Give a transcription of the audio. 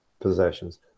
possessions